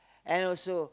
and also